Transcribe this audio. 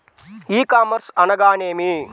ఈ కామర్స్ అనగానేమి?